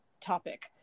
topic